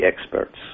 experts